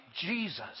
Jesus